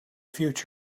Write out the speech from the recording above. future